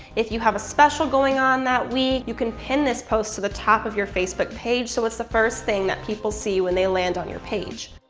if you have a special going on that week, you can pin this post to the top of your facebook page so it's the first thing that people see you when they land on your page.